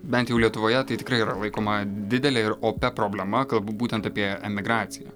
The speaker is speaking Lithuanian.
bent jau lietuvoje tai tikrai yra laikoma didele ir opia problema kalbu būtent apie emigraciją